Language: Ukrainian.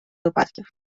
випадків